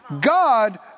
God